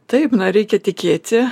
taip na reikia tikėti